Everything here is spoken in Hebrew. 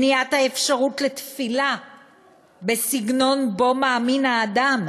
מניעת האפשרות לתפילה בסגנון שבו מאמין האדם